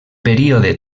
període